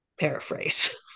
paraphrase